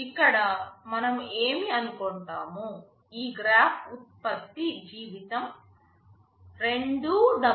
ఇక్కడ మనం ఏమి అనుకుంటాము ఈ గ్రాఫ్ ఉత్పత్తి జీవితం 2W అని చూపిస్తుంది